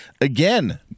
Again